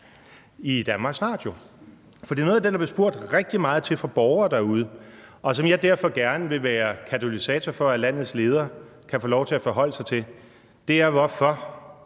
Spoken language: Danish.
i DR. For noget af det, der blev spurgt rigtig meget til fra borgere derude, og som jeg derfor gerne vil være katalysator for at landets leder kan få lov til at forholde sig til, er, hvorfor